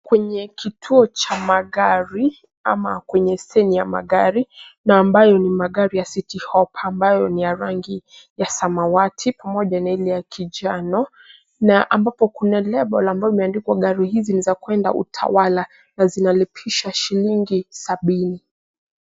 Kwenye kituo cha magari ama kwenye steji ya magari na ambayo ni magari ya citi hoppa ambayo ni ya rangi ya samawati pamoja na ile ya kinjano na ambapo kuna lebo ambalo limeandikwa gari hizi ni za kuenda utawala na zinalipisha shilingi sabini.